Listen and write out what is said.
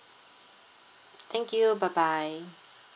thank you bye bye